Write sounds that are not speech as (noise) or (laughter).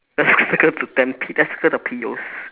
(laughs) circle the let's circle the piyos